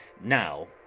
now